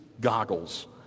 goggles